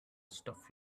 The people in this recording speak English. stuff